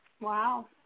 Wow